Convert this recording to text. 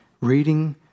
reading